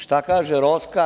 Šta kaže Roska?